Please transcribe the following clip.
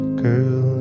girl